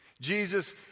Jesus